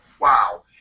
wow